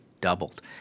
doubled